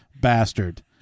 bastard